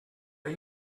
are